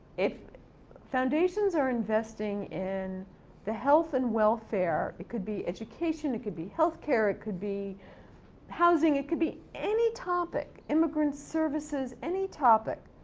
if foundations are investing in the health and welfare, it could be education, it could be healthcare, it could be housing, it could be any topic, immigrant services, any topic,